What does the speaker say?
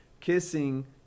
kissing